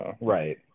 Right